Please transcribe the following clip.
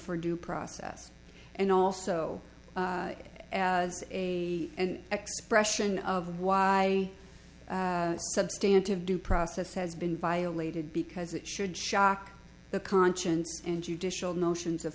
for due process and also as a an expression of why substantive due process has been violated because it should shock the conscience and judicial notions of